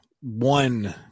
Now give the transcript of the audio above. one